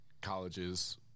colleges